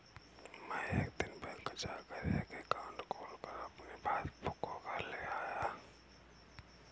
मै एक दिन बैंक जा कर एक एकाउंट खोलकर अपनी पासबुक को घर ले आया